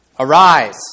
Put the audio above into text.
Arise